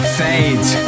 fades